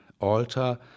alter